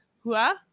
Hua